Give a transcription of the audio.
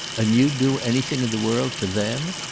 and you'd do anything in the world for them?